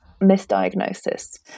misdiagnosis